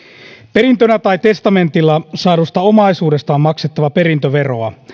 perintönä tai testamentilla saadusta omaisuudesta on maksettava perintöveroa